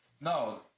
No